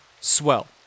swell